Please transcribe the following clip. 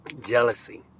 jealousy